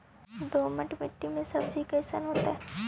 दोमट मट्टी में सब्जी कैसन होतै?